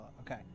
Okay